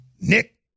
Nick